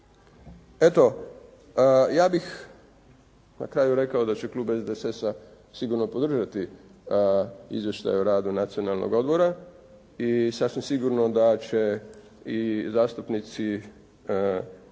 Eto, ja bih na kraju rekao da će klub SDSS-a sigurno podržati izvješće o radu Nacionalnog odbora i sasvim sigurno da će i zastupnici